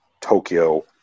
tokyo